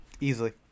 Easily